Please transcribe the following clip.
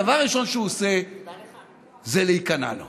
דבר ראשון שהוא עושה זה להיכנע לו.